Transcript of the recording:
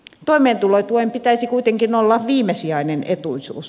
toimeentulotuen pitäisi kuitenkin olla viimesijainen etuisuus